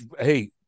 hey